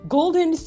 Golden